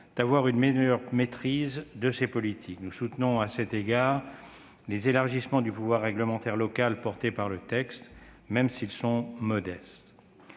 d'avoir une meilleure maîtrise de ces politiques. Nous soutenons à cet égard des élargissements du pouvoir réglementaire local portés par le texte, même s'ils sont modestes.